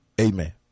Amen